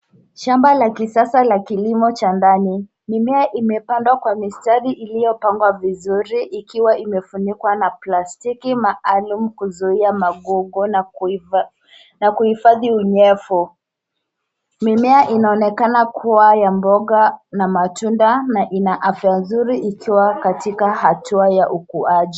Shamba la kisasa la kilimo cha ndani. Mimea imepangwa kwa mistari iliyopangwa vizuri ikiwa imefunikwa na plastiki maalum kuzuia magugu na kuhifadhi unyevu. Mimea inaonekana kuwa ya mboga na matunda na ina afya nzuri ikiwa katika hatua ya ukuaji.